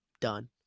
Done